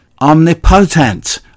omnipotent